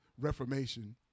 reformation